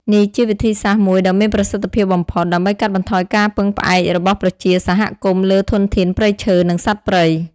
នេះជាវិធីសាស្ត្រមួយដ៏មានប្រសិទ្ធភាពបំផុត ដើម្បីកាត់បន្ថយការពឹងផ្អែករបស់ប្រជាសហគមន៍លើធនធានព្រៃឈើ និងសត្វព្រៃ។